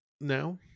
now